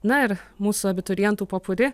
na ir mūsų abiturientų popuri